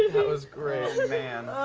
that was great. man.